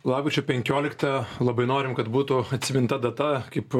lapkričio penkioliktą labai norim kad būtų atsiminta data kaip